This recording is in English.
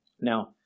Now